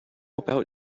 about